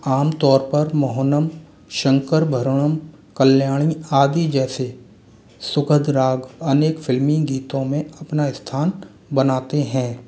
आम तौर पर मोहनम शंकरभरणं कल्याणी आदि जैसे सुखद राग अनेक फिल्मी गीतों में अपना स्थान बनाते हैं